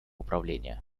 управления